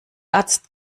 arzt